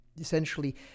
essentially